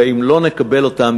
ואם לא נקבל אותן,